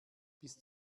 bis